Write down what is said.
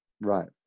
Right